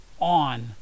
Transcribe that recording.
on